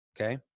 Okay